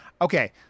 Okay